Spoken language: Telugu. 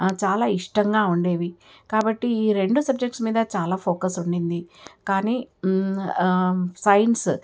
చాలా ఇష్టంగా ఉండేవి కాబట్టి ఈ రెండు సబ్జెక్ట్స్ మీద చాలా ఫోకస్ ఉండింది కానీ సైన్స్